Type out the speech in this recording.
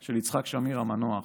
של יצחק שמיר המנוח: